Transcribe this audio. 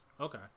Okay